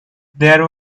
there